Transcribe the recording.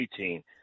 18